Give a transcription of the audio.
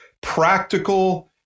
practical